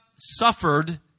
suffered